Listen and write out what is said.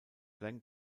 lang